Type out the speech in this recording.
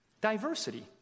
Diversity